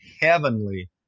heavenly